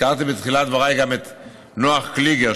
הזכרתי בתחילת דבריי גם את נח קליגר,